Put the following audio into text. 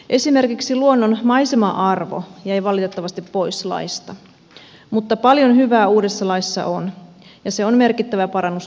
esimerkiksi luonnon maisema arvo jäi valitettavasti pois laista mutta paljon hyvää uudessa laissa on ja se on merkittävä parannus nykytilaan